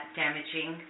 damaging